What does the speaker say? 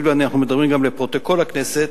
הואיל ואנחנו מדברים גם לפרוטוקול הכנסת,